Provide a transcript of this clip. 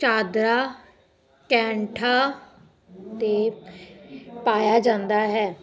ਚਾਦਰਾ ਕੈਂਠਾ 'ਤੇ ਪਾਇਆ ਜਾਂਦਾ ਹੈ